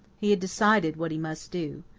he had decided what he must do.